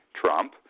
Trump